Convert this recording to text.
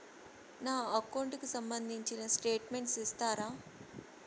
నా అకౌంట్ కు సంబంధించిన స్టేట్మెంట్స్ ఇస్తారా